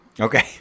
Okay